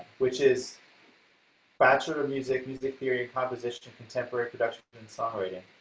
which is bachelor of music, music theory and composition, contemporary production but and songwriting,